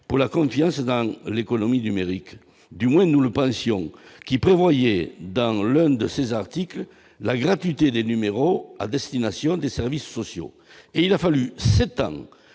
pour la confiance et dans l'économie numérique, du moins nous le pensions qui prévoyait, dans l'un de ses articles, la gratuité des numéros à destination des services sociaux et il a fallu 7 ans